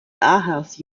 aarhus